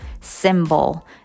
symbol